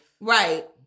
Right